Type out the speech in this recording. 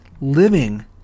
living